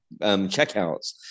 checkouts